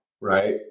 Right